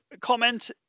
comment